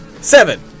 seven